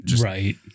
Right